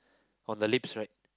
on the lips right